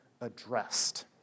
addressed